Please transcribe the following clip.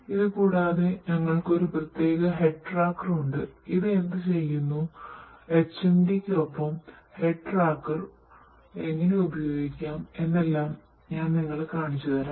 ഇതുകൂടാതെ ഞങ്ങൾക്ക് ഒരു പ്രത്യേക ഹെഡ് ട്രാക്കർ എങ്ങനെ ഉപയോഗിക്കാം എന്നെല്ലാം ഞാൻ കാണിച്ചുതരാം